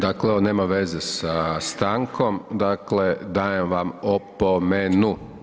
Dakle ovo nema veze sa stankom, dakle dajem vam opomenu.